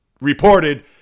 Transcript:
reported